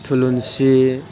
थुलुंसि